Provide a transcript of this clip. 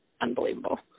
unbelievable